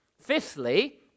Fifthly